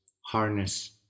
harness